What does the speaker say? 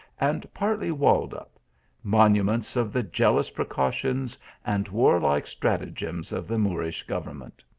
and partly walled up monuments of the jealous precautions and warlike stratagems of the moorish government.